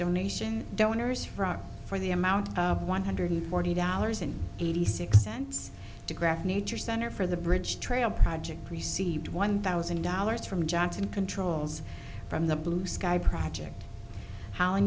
donation donors from for the amount of one hundred forty dollars and eighty six cents to graft nature center for the bridge trail project received one thousand dollars from johnson controls from the blue sky project how